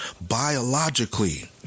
biologically